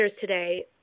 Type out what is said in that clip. today